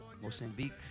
Mozambique